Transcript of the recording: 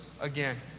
again